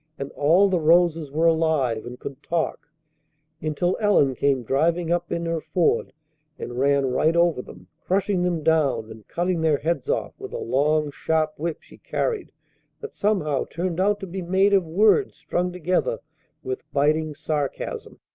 and all the roses were alive and could talk until ellen came driving up in her ford and ran right over them, crushing them down and cutting their heads off with a long, sharp whip she carried that somehow turned out to be made of words strung together with biting sarcasm.